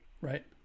Right